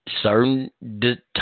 certain